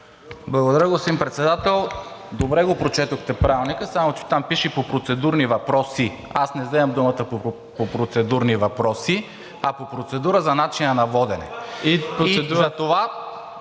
Благодаря, господин Председател. Добре го прочетохте Правилника, само че там пише: „по процедурни въпроси“. Аз не вземам думата по процедурни въпроси, а по процедура за начина на водене и затова